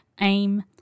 aim